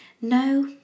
no